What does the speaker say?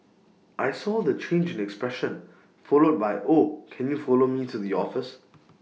I saw the change in expression followed by oh can you follow me to the office